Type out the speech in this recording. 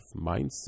mindset